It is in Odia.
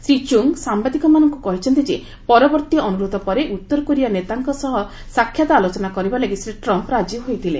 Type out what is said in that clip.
ଶ୍ରୀ ଚୁଙ୍ଗ ସାମ୍ବାଦିକମାନଙ୍କୁ କହିଛନ୍ତି ଯେ ପରବର୍ତ୍ତୀ ଅନୁରୋଧ ପରେ ଉତ୍ତରକୋରିଆ ନେତାଙ୍କ ସହ ସାକ୍ଷାତ୍ ଆଲୋଚନା କରିବା ଲାଗି ଶ୍ରୀ ଟ୍ରମ୍ପ ରାଜି ହୋଇଥିଲେ